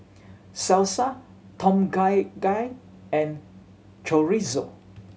Salsa Tom Kha Gai and Chorizo